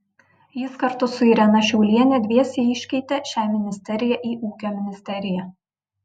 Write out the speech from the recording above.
jis kartu su irena šiaulienė dviese iškeitė šią ministeriją į ūkio ministeriją